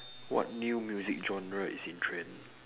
what new music genre is in trend